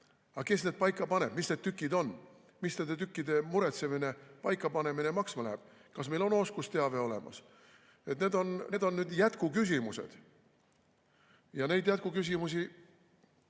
Aga kes need paika paneb, mis need tükid on, mis nende tükkide muretsemine, paikapanemine maksma läheb? Kas meil on oskusteave olemas? Need on nüüd jätkuküsimused. Ja neile jätkuküsimustele